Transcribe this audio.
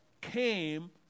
came